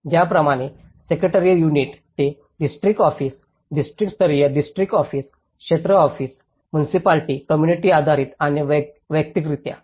त्याचप्रमाणे secretarial unit ते district office डिस्ट्रिक्टस्तरीय डिस्ट्रिक्ट ऑफिस क्षेत्र ऑफिस मुनिसिपालिटी कोम्मुनिटी आधारित आणि वैयक्तिकरित्या